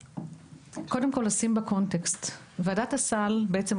קודם כול, נשים את הדברים בקונטקסט.